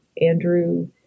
Andrew